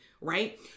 right